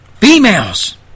females